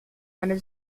eine